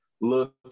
look